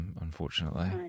unfortunately